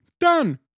Done